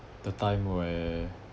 that time where